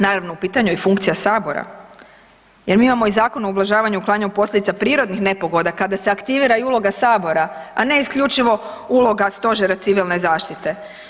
Naravno u pitanju je funkcija Sabora jer mi imamo i Zakon o ublažavanju i uklanjanju posljedica prirodnih nepogoda kada se aktivira i uloga Sabora, a ne isključivo uloga stožera civilne zaštite.